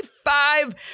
five